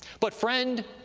but friend,